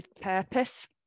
purpose